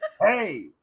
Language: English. Hey